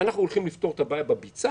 אנחנו הולכים לפתור את הבעיה בביצה,